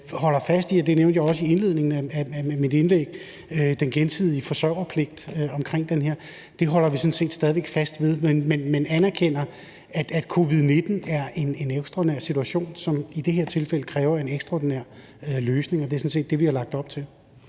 væk fast i, og det nævnte jeg også i indledningen af mit indlæg, den gensidige forsørgerpligt, men anerkender, at covid-19 har skabt en ekstraordinær situation, som i det her tilfælde kræver en ekstraordinær løsning, og det er sådan set det, vi har lagt op til.